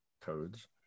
codes